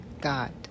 God